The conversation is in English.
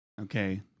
Okay